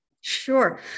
Sure